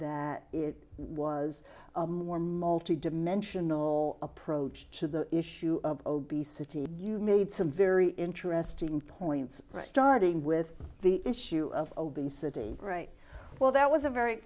that it was more multi dimensional approach to the issue of obesity you made some very interesting points starting with the issue of obesity right well that was a very